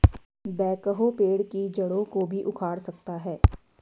backhoe पेड़ की जड़ों को भी उखाड़ सकता है